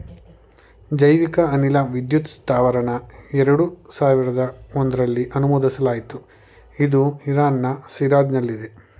ಜೈವಿಕ ಅನಿಲ ವಿದ್ಯುತ್ ಸ್ತಾವರನ ಎರಡು ಸಾವಿರ್ದ ಒಂಧ್ರಲ್ಲಿ ಅನುಮೋದಿಸಲಾಯ್ತು ಇದು ಇರಾನ್ನ ಶಿರಾಜ್ನಲ್ಲಿದೆ